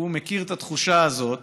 מכיר את התחושה הזאת